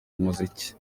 umuziki